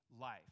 life